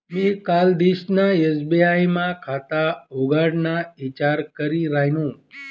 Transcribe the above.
मी कालदिसना एस.बी.आय मा खाता उघडाना ईचार करी रायनू